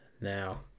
Now